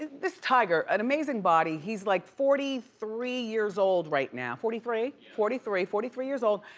this tiger, an amazing body. he's like forty three years old right now. forty three? forty three, forty three years old.